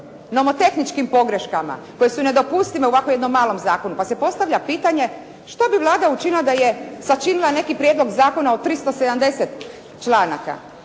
nomotehničkim pogreškama koje su nedopustive u ovakvom jednom malom zakonu, pa se postavlja pitanje što bi Vlada učinila da je sačinila neki prijedlog zakona od 370 članaka